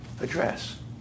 address